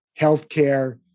healthcare